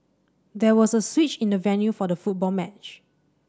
there was a switch in the venue for the football match